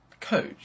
coach